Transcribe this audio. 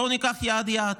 בואו ניקח יעד, יעד,